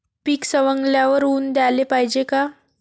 पीक सवंगल्यावर ऊन द्याले पायजे का?